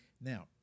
Now